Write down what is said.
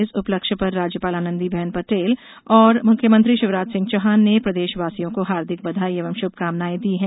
इस उपलक्ष्य पर राज्यपाल आनंदीबेन पटेल और मुख्यमत्री शिवराज सिंह चौहान ने प्रदेशवासियों को हार्दिक बधाई एवं शुभकामनाएँ दी हैं